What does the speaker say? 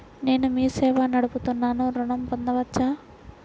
నేను మీ సేవా నడుపుతున్నాను ఋణం పొందవచ్చా?